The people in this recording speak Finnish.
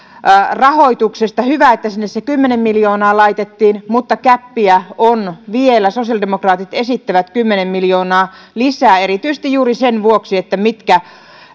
rahoituksesta on hyvä että sinne se kymmenen miljoonaa laitettiin mutta gäppiä on vielä sosiaalidemokraatit esittävät kymmenen miljoonaa lisää erityisesti juuri sen vuoksi mitkä